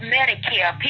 Medicare